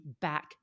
back